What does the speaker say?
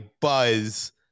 buzz